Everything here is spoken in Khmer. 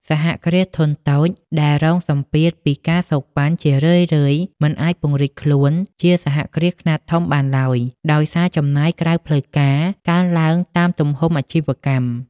សហគ្រាសធុនតូចដែលរងសម្ពាធពី ការសូកប៉ាន់ ជារឿយៗមិនអាចពង្រីកខ្លួនជាសហគ្រាសខ្នាតធំបានឡើយ ដោយសារ "ចំណាយក្រៅផ្លូវការ" កើនឡើងតាមទំហំអាជីវកម្ម។